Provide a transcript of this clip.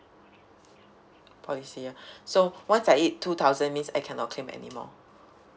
twice a year so once I hit two thousand means I cannot claim anymore